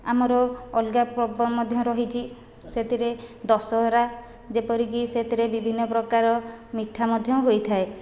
ଆମର ଅଲଗା ପର୍ବ ମଧ୍ୟ ରହିଛି ସେଥିରେ ଦଶହରା ଯେପରିକି ସେଥିରେ ବିଭିନ୍ନ ପ୍ରକାର ମିଠା ମଧ୍ୟ ହୋଇଥାଏ